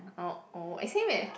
uh oh eh same eh